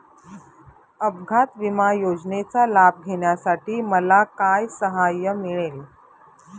अपघात विमा योजनेचा लाभ घेण्यासाठी मला काय सहाय्य मिळेल?